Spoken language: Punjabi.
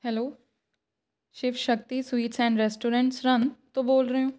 hello Shiv Shakti sweets and restaurant Sirhind ਤੋਂ ਬੋਲ ਰਹੇ ਹੋ